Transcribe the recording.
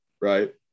Right